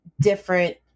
different